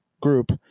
group